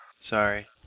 Sorry